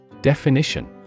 Definition